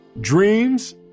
dreams